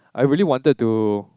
I really wanted to